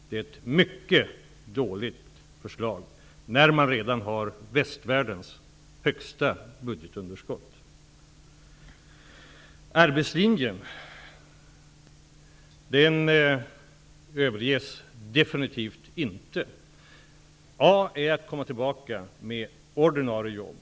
Det är ett mycket dåligt förslag, när man redan har västvärldens högsta budgetunderskott. Arbetslinjen överges definitivt inte. Först vill jag säga att vi skall komma tillbaka med ordinarie jobb.